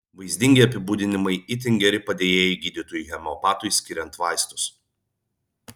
vaizdingi apibūdinimai itin geri padėjėjai gydytojui homeopatui skiriant vaistus